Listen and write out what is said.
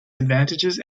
advantages